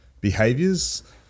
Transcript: behaviors